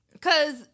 cause